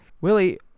willie